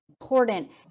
important